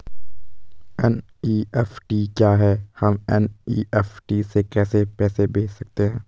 NEFT क्या है हम एन.ई.एफ.टी से कैसे पैसे भेज सकते हैं?